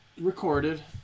recorded